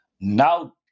Now